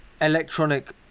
electronic